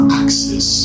access